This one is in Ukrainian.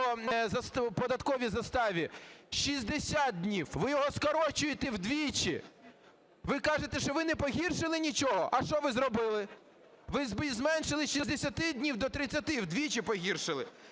Ви зменшили з 60 днів до 30 – вдвічі погіршили.